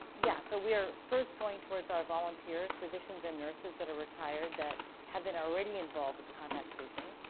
yeah, so we are first going towards our volunteers, physicians and nurses, that are retired that have been already involved with the contact tracing,